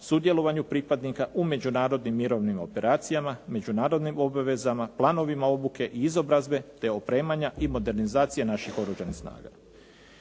sudjelovanju pripadnika u međunarodnim mirovnim operacijama, međunarodnim obavezama, planovima obuke i izobrazbe te opremanja i modernizacije naših Oružanih snaga.